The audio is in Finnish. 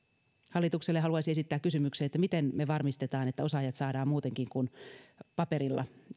hallitukselle haluaisin esittää kysymyksen miten me varmistamme että osaajat saadaan muutenkin kuin paperilla